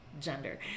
gender